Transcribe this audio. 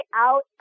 out